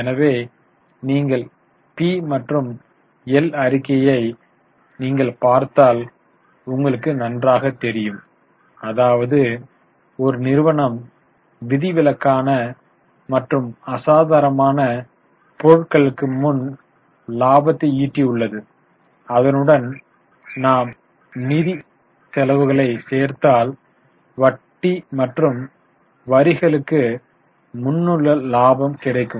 எனவே நீங்கள் பி மற்றும் எல் அறிக்கையாய் நீங்கள் பார்த்தால் உங்களுக்கு தெரியும் அதாவது ஒரு நிறுவனம் விதிவிலக்கான மற்றும் அசாதாரணமான பொருட்களுக்கு முன் லாபத்தை ஈட்டியுள்ளது அதனுடன் நாம் நிதிச் செலவுகளை சேர்த்தால் வட்டி மற்றும் வரிகளுக்கு முன்னுள்ள லாபம் கிடைக்கும்